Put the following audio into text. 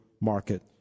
market